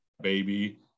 baby